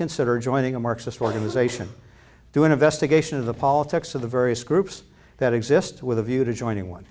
consider joining a marxist organization do an investigation of the politics of the various groups that exist with a view to joining one